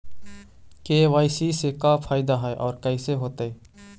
KYC से का फायदा है और कैसे होतै?